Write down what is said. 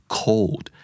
cold